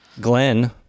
Glenn